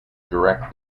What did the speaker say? direct